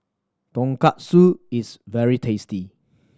tonkatsu is very tasty